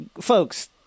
folks